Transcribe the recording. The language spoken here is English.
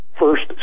first